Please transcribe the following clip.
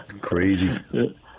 crazy